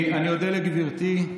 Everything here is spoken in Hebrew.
אני אודה לגברתי.